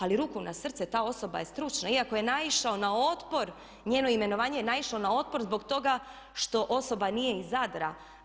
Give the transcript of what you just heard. Ali ruku na srce, ta osoba je stručna, iako je naišao na otpor, njeno imenovanje je naišlo na otpor zbog toga što osoba nije iz Zadra.